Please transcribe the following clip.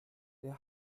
der